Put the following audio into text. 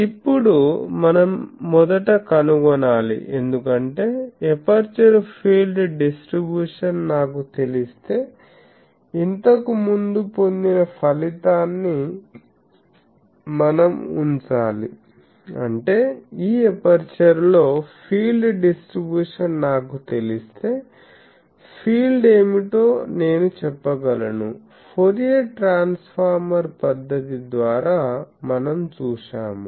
ఇప్పుడు మనం మొదట కనుగొనాలి ఎందుకంటే ఎపర్చరు ఫీల్డ్ డిస్ట్రిబ్యూషన్ నాకు తెలిస్తే ఇంతకుముందు పొందిన ఫలితాన్ని మనం ఉంచాలి అంటే ఈ ఎపర్చరులో ఫీల్డ్ డిస్ట్రిబ్యూషన్ నాకు తెలిస్తే ఫీల్డ్ ఏమిటో నేను చెప్పగలను ఫోరియర్ ట్రాన్స్ఫార్మర్ పద్ధతి ద్వారా మనం చూశాము